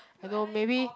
I know maybe